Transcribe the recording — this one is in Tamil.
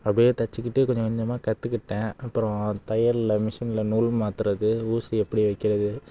அப்படியே தைச்சிக்கிட்டு கொஞ்சம் கொஞ்சமாக கற்றுக்கிட்டேன் அப்புறோம் தையலில் மிஷினில் நூல் மாற்றுறது ஊசி எப்படி வைக்கிறது